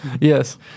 yes